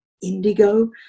indigo